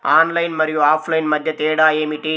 Online మరియు offline మధ్య తేడా ఏమిటీ?